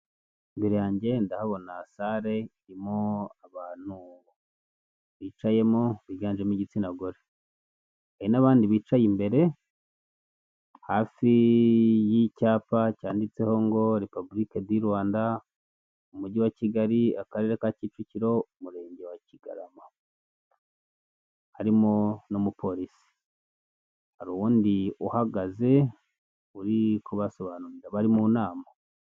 Imbere yanjye ndahabona sare irimo abantu bicayemo, biganjemo igitsina gore, hari n'abandi bicaye imbere hafi y'icyapa cyanditseho ngo repabulike di Rwanda, umujyi wa Kigali, akarere ka Kicukiro, umurenge wa Kigarama, harimo n'umupolisi. Hari uwundi uhagaze uri kubasobanurira, bari mu nama.